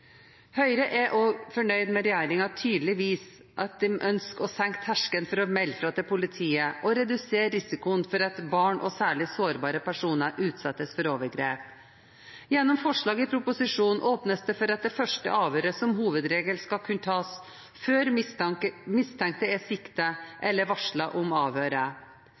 Høyre er også fornøyd med at regjeringen tydelig viser at de ønsker å senke terskelen for å melde fra til politiet og redusere risikoen for at barn og særlig sårbare personer utsettes for overgrep. Gjennom forslag i proposisjonen åpnes det for at det første avhøret som hovedregel skal kunne tas før mistenkte er siktet eller varslet om